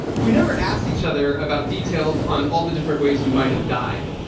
we never asked each other about details on all the different ways we might have died.